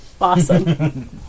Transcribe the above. Awesome